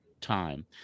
time